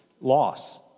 loss